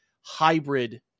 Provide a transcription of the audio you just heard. hybrid